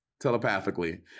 telepathically